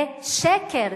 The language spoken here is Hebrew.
זה שקר.